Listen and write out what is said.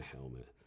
helmet